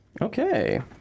Okay